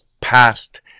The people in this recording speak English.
past